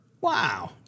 Wow